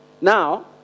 now